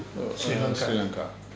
sri lanka